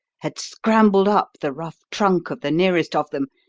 had scrambled up the rough trunk of the nearest of them,